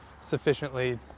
sufficiently